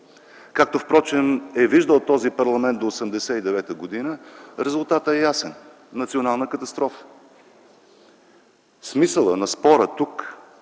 както впрочем е виждал този парламент до 1989 г., резултатът е ясен – национална катастрофа. Смисълът на спора тук